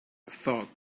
thought